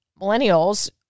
millennials